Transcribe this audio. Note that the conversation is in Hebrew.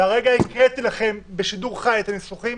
והרגע קראתי לכם בשידור חי את הנוסחים,